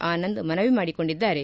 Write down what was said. ಆನಂದ್ ಮನವಿ ಮಾಡಿಕೊಂಡಿದ್ದಾರೆ